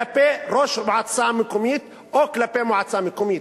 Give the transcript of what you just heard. כלפי ראש מועצה מקומית או כלפי מועצה מקומית?